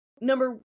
number